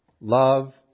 love